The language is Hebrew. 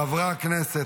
חברי הכנסת,